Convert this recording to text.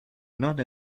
not